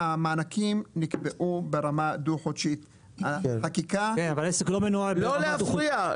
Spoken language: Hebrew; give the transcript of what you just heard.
המענקים נקבעו ברמה דו-חודשית -- אבל העסק לא מנוהל --- לא להפריע,